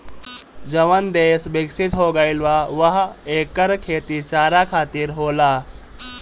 जवन देस बिकसित हो गईल बा उहा एकर खेती चारा खातिर होला